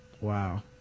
wow